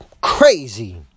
crazy